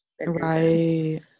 right